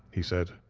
he said.